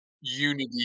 unity